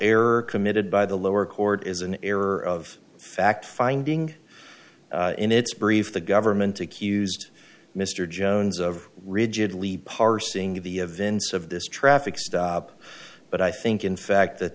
error committed by the lower court is an error of fact finding in its brief the government accused mr jones of rigidly parsing the events of this traffic stop but i think in fact that